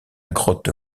grotte